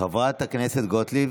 חברת הכנסת גוטליב,